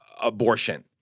abortion